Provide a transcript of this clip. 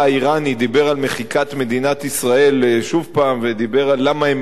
דיבר על מחיקת מדינת ישראל שוב הפעם ודיבר על למה הם מתאמנים.